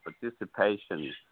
participation